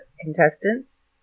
contestants